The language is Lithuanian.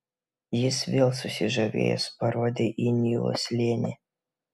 jis vėl susižavėjęs parodė į nilo slėnį